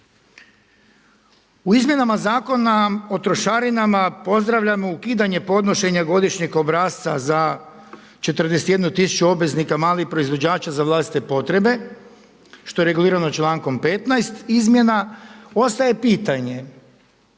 U Izmjenama zakona o trošarinama pozdravljamo ukidanje podnošenja godišnjeg obrasca za 41 tisuću obveznika malih proizvođača za vlastite potrebe što je regulirano člankom 15 izmjena, ostaje pitanje